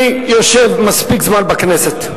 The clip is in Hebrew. אני יושב מספיק זמן בכנסת,